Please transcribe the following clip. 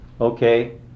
Okay